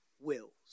wills